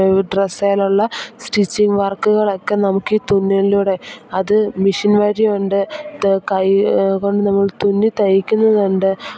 ഈ ഡ്രസ്സിലുള്ള സ്റ്റിച്ചിങ് വർക്കുകളൊക്കെ നമുക്ക് തുന്നലിലൂടെ അത് മിഷീൻ വഴി ഉണ്ട് കൈ കൊണ്ടു നമ്മൾ തുന്നി തയ്ക്കുന്നത് ഉണ്ട്